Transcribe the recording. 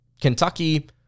Kentucky